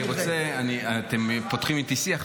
אתם פותחים איתי שיח,